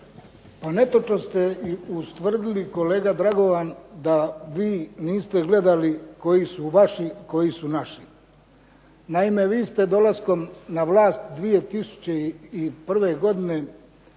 Pa netočno ste ustvrdili kolega Dragovan da vi niste gledali koji su vaši koji su naši. Naime, vi ste dolaskom na vlast 2001. godine